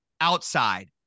outside